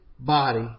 body